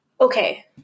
okay